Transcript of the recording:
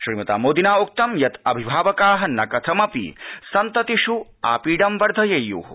श्रीमता मोदिना उक्तं यत् अभिभावकाः न कथमपि सन्ततिष् आपीडं वर्धयेय्ः